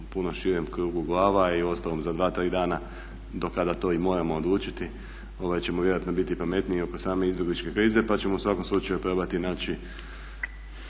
puno širem krugu glava i uostalom za 2-3 dana do kada to i moramo odlučiti, da ćemo vjerojatno biti pametniji oko same izbjegličke krize pa ćemo u svakom slučaju probati naći